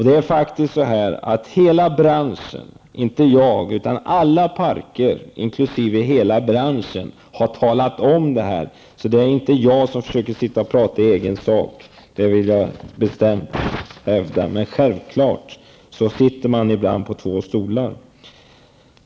Det är faktiskt på det sättet att inte bara jag utan alla parker inkl. hela branschen har talat om detta. Det är alltså inte jag som försöker tala i egen sak. Det vill jag bestämt hävda. Men självfallet sitter man ibland på två stolar.